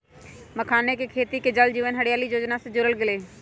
मखानके खेती के जल जीवन हरियाली जोजना में जोरल गेल हई